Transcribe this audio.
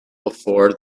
before